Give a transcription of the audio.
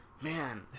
Man